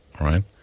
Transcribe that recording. right